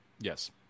Yes